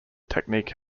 technique